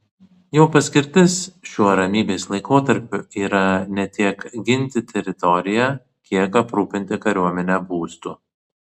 jo paskirtis šiuo ramybės laikotarpiu yra ne tiek ginti teritoriją kiek aprūpinti kariuomenę būstu